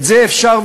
לצערי,